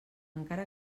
encara